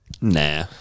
Nah